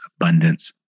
abundance